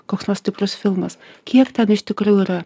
koks nors stiprus filmas kiek ten iš tikrųjų yra